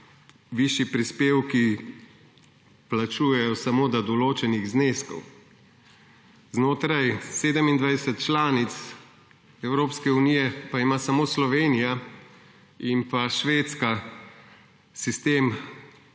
višji prispevki plačujejo samo do določenih zneskov. Znotraj 27 članic Evropske unije pa ima samo Slovenija in pa Švedska tako